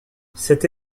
cette